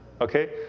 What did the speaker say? okay